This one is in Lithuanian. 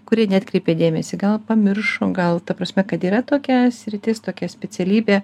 kurie neatkreipė dėmesį gal pamiršo gal ta prasme kad yra tokia sritis tokia specialybė